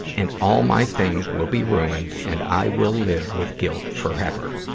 and all my things will be ruined, and i will live with guilt forever.